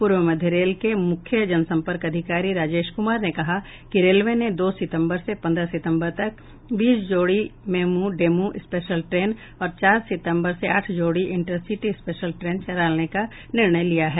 पूर्व मध्य रेल के मुख्य जनसंपर्क अधिकारी राजेश कुमार ने कहा कि रेलवे ने दो सितंबर से पन्द्रह सितंबर तक बीस जोड़ी मेमू डेमू स्पेशल ट्रेन और चार सितंबर से आठ जोड़ी इंटरसिटी स्पेशल ट्रेन चलाने का निर्णय लिया है